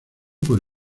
por